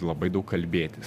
labai daug kalbėtis